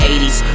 80's